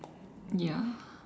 ya